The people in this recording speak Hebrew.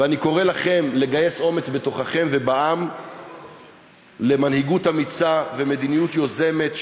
ואני קורא לכם לגייס אומץ בתוככם ובעם למנהיגות אמיצה ומדיניות יוזמת,